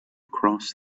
cross